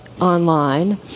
online